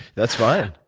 that's fine.